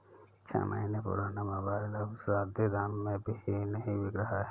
छह महीने पुराना मोबाइल अब आधे दाम में भी नही बिक रहा है